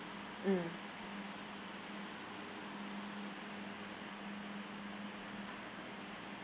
mm